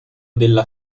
della